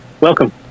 welcome